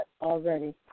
already